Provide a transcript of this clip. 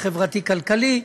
החברתי-כלכלי,